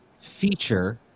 feature